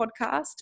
podcast